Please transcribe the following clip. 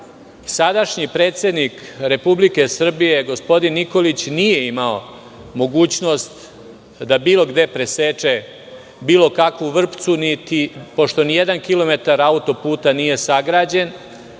Sadašnji predsednik Republike Srbije, gospodin Nikolić nije imao mogućnost da bilo gde preseče bilo kakvu vrpcu pošto nijedan kilometar auto puta nije sagrađen,